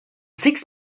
six